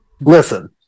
Listen